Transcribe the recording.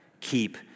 keep